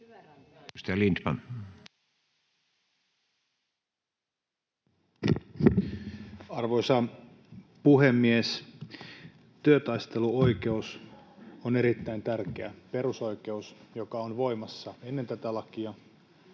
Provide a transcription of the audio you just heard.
Arvoisa puhemies! Työtaisteluoikeus on erittäin tärkeä perusoikeus, joka on voimassa ennen tätä lakia,